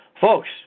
Folks